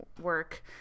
work